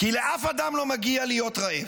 כי לאף אדם לא מגיע להיות רעב,